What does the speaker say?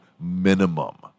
minimum